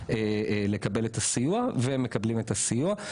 לקבל את הסיוע ואז הם מקבלים את הסיוע.